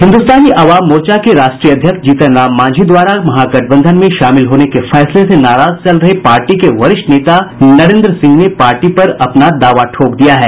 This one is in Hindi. हिन्दुस्तानी अवाम मोर्चा के राष्ट्रीय अध्यक्ष जीतन राम मांझी द्वारा महागठबंधन में शामिल होने के फैसले से नाराज चल रहे पार्टी के वरिष्ठ नेता नरेन्द्र सिंह ने पार्टी पर अपना दावा ठोक दिया है